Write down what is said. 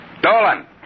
Dolan